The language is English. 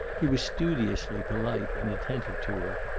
he was studiously polite and attentive to her,